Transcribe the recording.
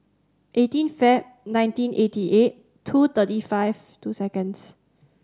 eighteen Feb nineteen eighty eight two thirty five two seconds